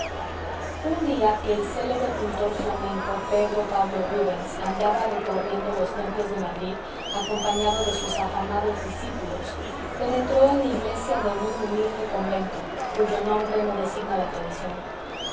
un día que el célebre pintor flamenco pedro pablo rubens andaba recorriendo los templos de madrid acompañado de sus afamados discípulos penetró en la iglesia de un humilde convento cuyo nombre no designa la tradición